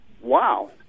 Wow